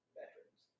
veterans